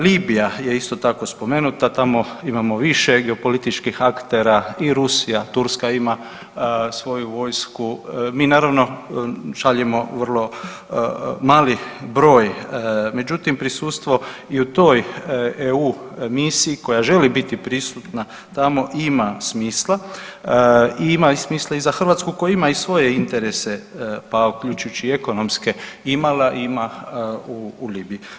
Libija je isto tako spomenuta, tamo imamo više geopolitičkih aktera i Rusija, Turska ima svoju vojsku, mi naravno šaljemo vrlo mali broj, međutim prisustvo i u toj EU misiji koja želi biti prisutna tamo ima smisla, ima smisla i za Hrvatsku koja ima i svoje interese, pa uključujući i ekonomske imala i ima u Libiji.